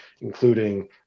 including